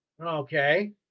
okay